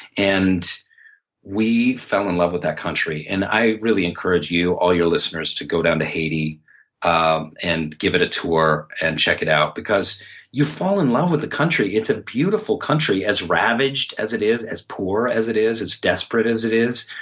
and we fell in love with that country. and i really encourage you and all your listeners to go down to haiti ah and give it a tour and check it out because you fall in love with the country. it's a beautiful country. as ravaged as it is, as poor as it is, as desperate as it is,